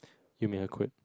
you made her quit